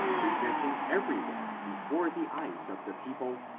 presenting every where before the eyes of the people,